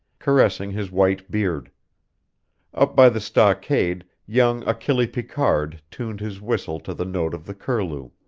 caressing his white beard up by the stockade, young achille picard tuned his whistle to the note of the curlew